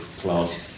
class